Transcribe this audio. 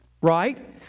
right